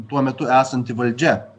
tuo metu esanti valdžia